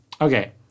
Okay